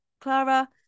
Clara